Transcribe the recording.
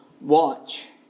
watch